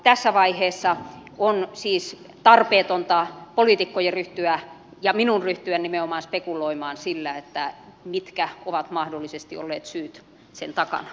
tässä vaiheessa on siis tarpeetonta poliitikkojen ryhtyä ja minun ryhtyä nimenomaan spekuloimaan sillä mitkä ovat mahdollisesti olleet syyt sen takana